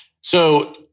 so-